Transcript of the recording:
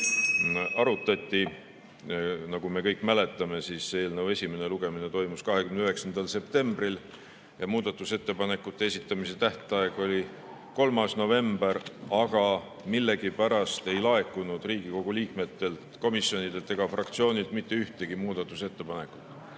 arutati. Nagu me kõik mäletame, eelnõu esimene lugemine toimus [19. oktoobril] ja muudatusettepanekute esitamise tähtaeg oli 3. november, aga millegipärast ei laekunud Riigikogu liikmetelt, komisjonidelt ega fraktsioonidelt mitte ühtegi muudatusettepanekut. Majanduskomisjon